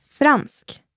Fransk